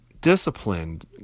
disciplined